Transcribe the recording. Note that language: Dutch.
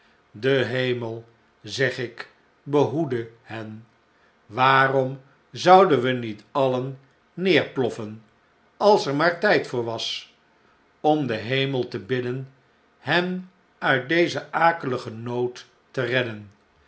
de hemel zeg ik behoede hen waarom zouden we niet alien neerploffen als er maar tjd voor was om den hemel te bidden hen uit dezen akeligen nood te redden